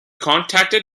contacted